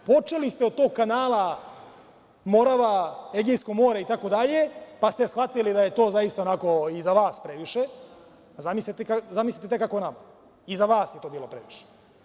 Počeli ste od tog kanala Morava - Egejsko more itd, pa ste shvatili da je to zaista onako i za vas previše, zamislite tek kako je nama i za vas je to bilo previše.